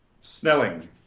Snelling